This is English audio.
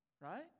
Right